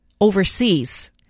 overseas